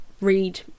read